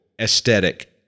aesthetic